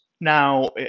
Now